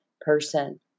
person